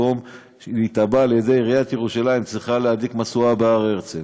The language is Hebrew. במקום להיתבע על ידי עיריית ירושלים צריכה להדליק משואה בהר הרצל,